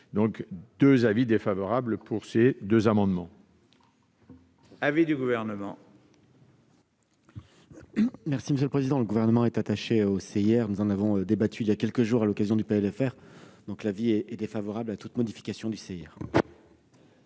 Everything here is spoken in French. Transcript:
émet un avis défavorable sur ces deux amendements.